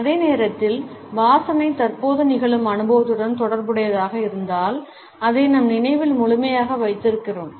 அதே நேரத்தில் வாசனை தற்போது நிகழும் அனுபவத்துடன் தொடர்புடையதாக இருந்தால் அதை நம் நினைவில் முழுமையாக வைத்திருக்கிறோம்